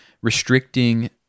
restricting